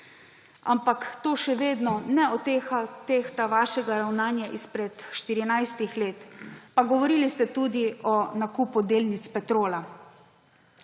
Ampak to še vedno ne odtehta vašega ravnanja izpred 14 let. Pa govorili ste tudi o nakupu delnic Petrola.